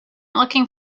looking